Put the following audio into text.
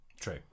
True